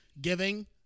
giving